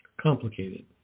complicated